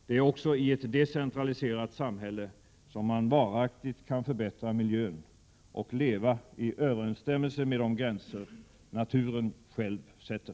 Det är också i ett decentraliserat samhälle som man varaktigt kan förbättra miljön och leva i överensstämmelse med de gränser som naturen själv sätter.